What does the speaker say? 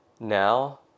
now